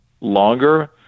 longer